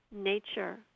nature